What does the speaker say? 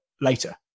later